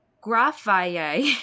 Graphite